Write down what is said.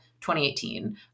2018